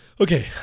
Okay